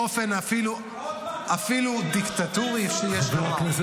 באופן אפילו דיקטטורי, יש לומר.